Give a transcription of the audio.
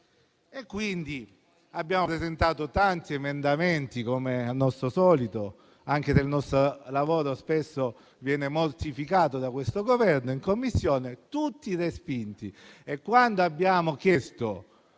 quindi presentato tanti emendamenti come al nostro solito, anche se il nostro lavoro spesso viene mortificato da questo Governo; in Commissione sono stati tutti respinti e, quando abbiamo chiesto